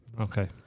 okay